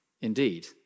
Indeed